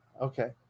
Okay